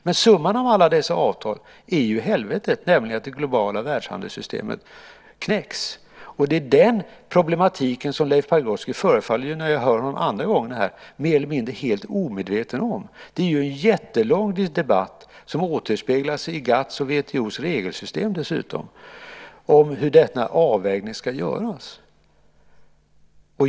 Men summan av alla dessa avtal är ju helvetet, nämligen att det globala världshandelssystemet knäcks. Det är den problematiken som Leif Pagrotsky, när jag nu hör honom andra gången här, förefaller mer eller mindre omedveten om. Det är en jättelång debatt, som dessutom återspeglas i GATT:s och WTO:s regelsystem, om hur denna avvägning ska göras.